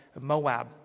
moab